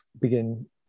begin